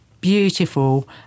beautiful